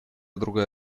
другая